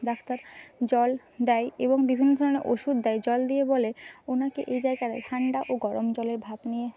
doctor জল দেয় এবং বিভিন্ন ধরনের ওষুধ দেয় জল দিয়ে বলে ওনাকে এই জায়গার ঠাণ্ডা ও গরম জলের ভাপ নিয়ে